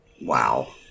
Wow